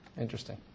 Interesting